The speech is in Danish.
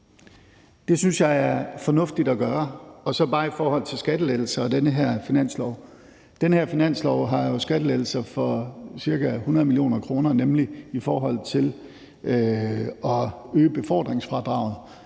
Det synes jeg er fornuftigt at gøre. Og så vil jeg bare sige i forhold til skattelettelser og den her finanslov, at den her finanslov jo har skattelettelser for ca. 100 mio. kr., nemlig i forhold til at øge befordringsfradraget